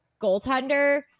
goaltender